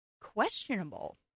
questionable